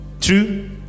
True